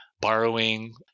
Borrowing